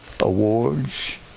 awards